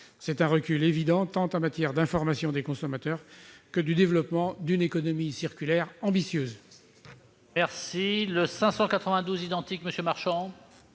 C'est un recul évident, tant en matière d'information des consommateurs que du développement d'une économie circulaire ambitieuse.